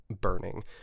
burning